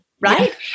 right